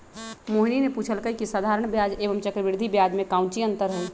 मोहिनी ने पूछल कई की साधारण ब्याज एवं चक्रवृद्धि ब्याज में काऊची अंतर हई?